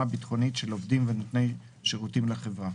ביטחונית של עובדים ונותני שירותים לחברה,